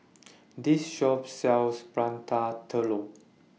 This Shop sells Prata Telur